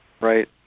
Right